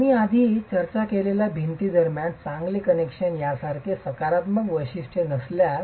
आम्ही आधी चर्चा केलेल्या भिंती दरम्यान चांगले कनेक्शन यासारखे सकारात्मक वैशिष्ट्ये नसल्यास